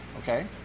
Okay